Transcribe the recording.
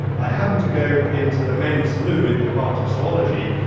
i happened to go into the men's loo in the department of zoology,